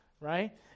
right